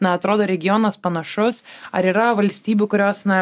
na atrodo regionas panašus ar yra valstybių kurios na